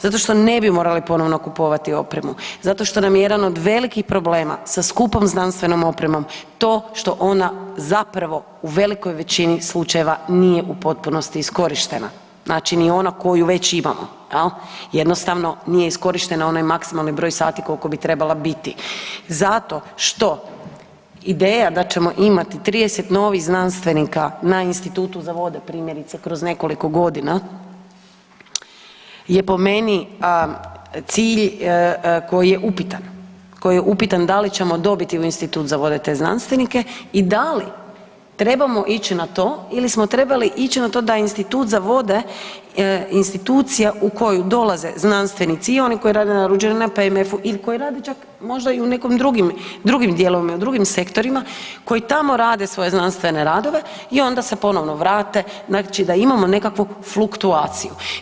Zato što ne bi morali ponovno kupovati opremu, zato što nam je jedan od velikih problema sa skupom znanstvenom opremom to što ona zapravo u velikoj većini slučajeva nije u potpunosti iskorištena, znači ni ona koju već imamo, jel, jednostavno nije iskorišten onaj maksimalni broj sati koliko bi trebala biti zato što ideja da ćemo imati 30 novih znanstvenika na institutu za vode primjerice kroz nekoliko godina je po meni cilj koji je upitan, koji je upitan da li ćemo dobiti u institut za vode te znanstvenike i da li trebamo ići na to ili smo trebali ić na to da institut za vode je institucija u koju dolaze znanstvenici, i oni koji rade na Ruđeru, na PMF-u i koji rade čak možda i u nekim drugim dijelovima, drugim sektorima koji tamo rade svoje znanstvene radove i onda se ponovno vrate, znači da imamo nekakvu fluktuaciju.